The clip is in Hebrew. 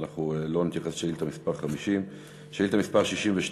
אז אנחנו לא נתייחס לשאילתה מס' 50. שאילתה מס' 62,